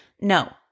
No